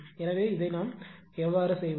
எனவே இதை நாம் எப்படி செய்வோம்